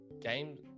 Game